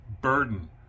burden